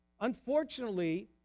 Unfortunately